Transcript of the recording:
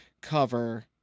cover